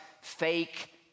fake